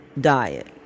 diet